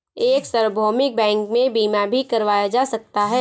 क्या सार्वभौमिक बैंक में बीमा भी करवाया जा सकता है?